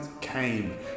came